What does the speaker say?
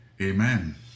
amen